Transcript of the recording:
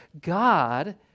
God